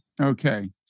Okay